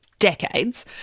decades